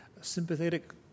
sympathetic